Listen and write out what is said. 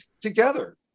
together